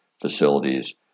facilities